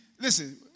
listen